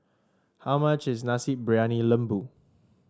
how much is Nasi Briyani Lembu